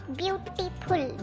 beautiful